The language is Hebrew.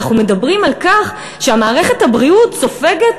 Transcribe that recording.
אנחנו מדברים על כך שמערכת הבריאות סופגת